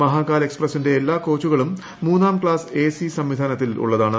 മഹാകാൽ എക്സ്പ്രസിന്റെ എല്ലാ കോച്ചുകളും മൂന്നാം ക്ലാസ്സ് എ സി സംവിധാനത്തിലുളളതാണ്